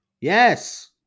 Yes